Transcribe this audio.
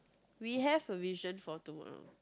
we have a vision for tomorrow